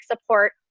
support